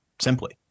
simply